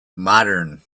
modern